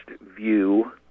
view